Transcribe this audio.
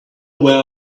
where